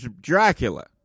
Dracula